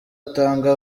atanga